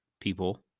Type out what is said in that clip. people